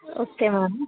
okay madam